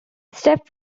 step